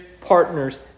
partners